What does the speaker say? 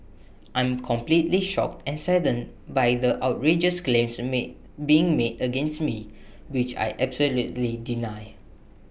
I'm completely shocked and saddened by the outrageous claims made being made against me which I absolutely deny